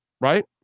right